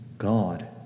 God